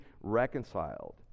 reconciled